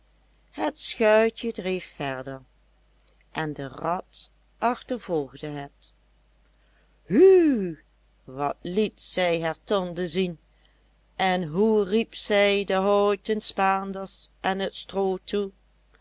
het schuitje dreef verder en de rot achtervolgde het hu wat liet zij haar tanden zien en hoe riep zij de houten spaanders en het stroo toe